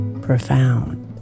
profound